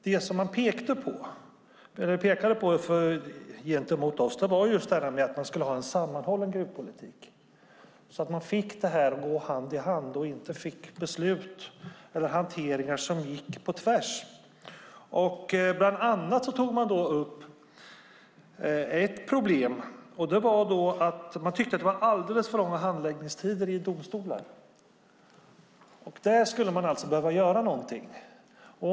Det man pekade på för oss är just en sammanhållen gruvpolitik så att man får det hela att gå hand i hand. Man vill inte ha beslut eller hanteringar som går på tvärs. Bland annat tog man upp ett problem, nämligen att det var alldeles för långa handläggningstider i domstolarna. Där behöver något göras.